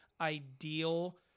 ideal